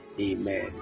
Amen